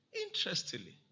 Interestingly